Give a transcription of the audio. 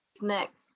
Next